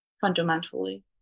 fundamentally